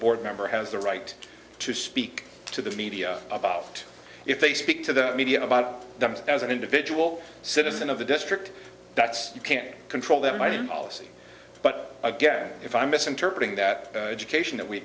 board member has the right to speak to the media about if they speak to the media about them and as an individual citizen of the district that's you can't control them i don't all see but again if i'm misinterpreting that education that we